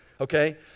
okay